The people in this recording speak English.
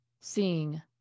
seeing